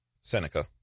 Seneca